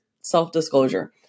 self-disclosure